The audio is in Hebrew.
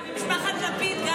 וגם משפחת לפיד.